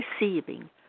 receiving